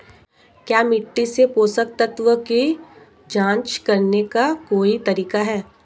क्या मिट्टी से पोषक तत्व की जांच करने का कोई तरीका है?